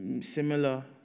similar